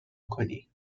کنی